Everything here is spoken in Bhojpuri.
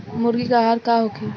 मुर्गी के आहार का होखे?